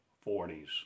forties